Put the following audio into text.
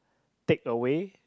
take away